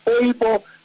able